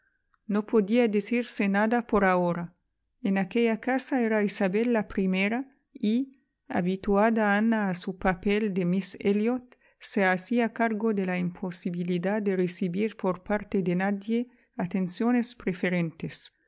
no podía decirse nada por ahora en aquella casa era isabel la primera y habituada ana a su papel de miss elliot se hacía cargo de la imposibilidad de recibir por parte de nadie atenciones preferentes